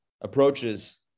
approaches